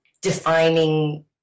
defining